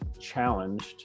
challenged